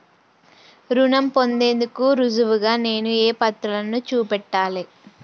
రుణం పొందేందుకు రుజువుగా నేను ఏ పత్రాలను చూపెట్టాలె?